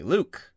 Luke